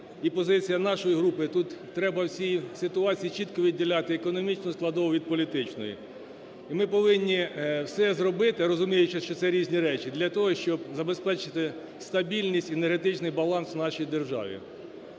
позиція нашої групи: тут треба в цій ситуації чітко відділяти економічну складову від політичної. І ми повинні все зробити, розуміючи, що це різні речі, для того, щоб забезпечити стабільність, енергетичний баланс в нашій державі.